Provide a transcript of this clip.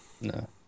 no